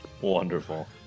Wonderful